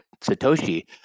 satoshi